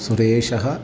सुरेशः